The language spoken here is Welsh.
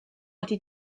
wedi